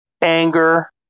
anger